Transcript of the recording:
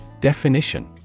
Definition